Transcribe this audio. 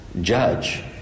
judge